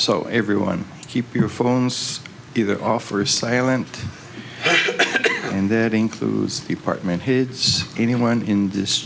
so everyone keep your phones either off or silent and that includes department heads anyone in this